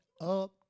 up